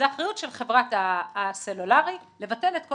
זו האחריות של חברת הסלולרי לבטל את כל